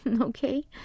Okay